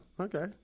Okay